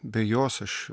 be jos aš